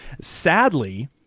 Sadly